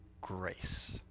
grace